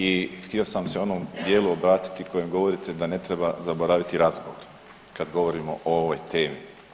I htio sam se u onom dijelu obratiti u kojem govorite da ne treba zaboraviti razgovor kad govorimo o ovoj temi.